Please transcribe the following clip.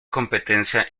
competencia